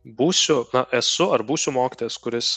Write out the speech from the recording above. būsiu na esu ar būsiu mokytojas kuris